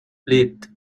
lit